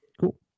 Cool